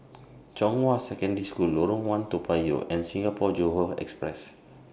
Zhonghua Secondary School Lorong one Toa Payoh and Singapore Johore Express